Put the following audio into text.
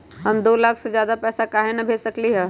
हम दो लाख से ज्यादा पैसा काहे न भेज सकली ह?